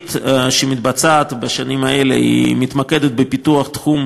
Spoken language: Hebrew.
שמתבצעת בשנים האלה מתמקדת בפיתוח תחום